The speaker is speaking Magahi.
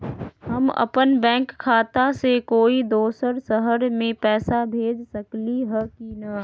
हम अपन बैंक खाता से कोई दोसर शहर में पैसा भेज सकली ह की न?